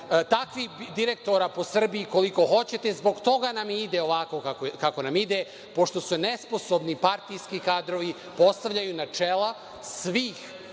Takvih direktora po Srbiji koliko hoćete. Zbog toga nam ide ovako kako nam ide, pošto se nesposobni partijski kadrovi postavljaju na čela svih